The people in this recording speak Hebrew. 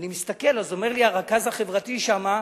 אני מסתכל, ואז אומר לי הרכז החברתי שם: